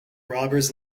robbers